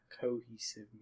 cohesive